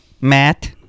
Matt